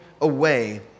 away